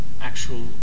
actual